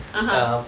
(uh huh)